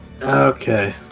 Okay